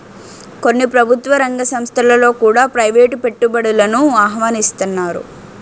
కొన్ని ప్రభుత్వ రంగ సంస్థలలో కూడా ప్రైవేటు పెట్టుబడులను ఆహ్వానిస్తన్నారు